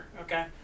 okay